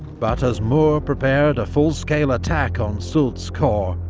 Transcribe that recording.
but as moore prepared a full-scale attack on soult's corps,